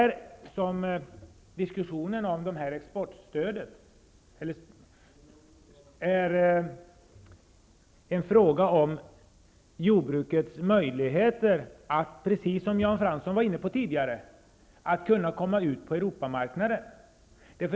Diskussionen om exportstödet gäller jordbrukets möjligheter att, precis som Jan Fransson var inne på tidigare, komma ut på Europamarknaden.